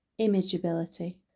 imageability